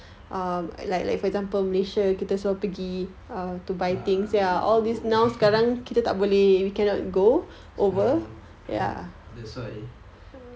ah we go sekarang mm that's why